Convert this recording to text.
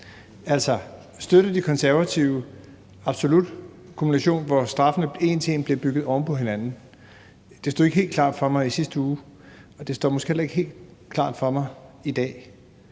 støtter De Konservative absolut kumulation, hvor straffene en til en bliver bygget oven på hinanden? Det stod ikke helt klart for mig i sidste uge, og det står måske heller ikke helt klart for mig i dag,